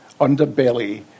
underbelly